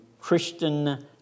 Christian